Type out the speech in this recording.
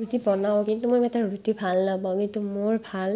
ৰুটি বনাওঁ কিন্তু মই ইমান এটা ৰুটি ভাল নাপাওঁ কিন্তু মোৰ ভাল